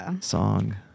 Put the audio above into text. song